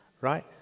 right